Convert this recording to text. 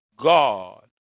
God